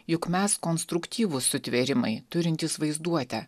juk mes konstruktyvūs sutvėrimai turintys vaizduotę